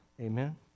Amen